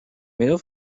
middel